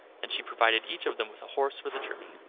and she provided each of them with a horse for the journey.